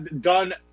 done